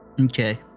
Okay